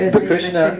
Krishna